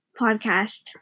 podcast